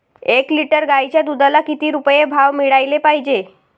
एक लिटर गाईच्या दुधाला किती रुपये भाव मिळायले पाहिजे?